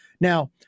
now